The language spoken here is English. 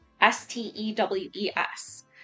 S-T-E-W-E-S